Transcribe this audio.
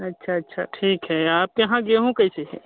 अच्छा अच्छा ठीक है आपके यहाँ गेहूँ कैसे हैं